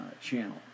channel